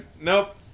Nope